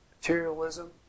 materialism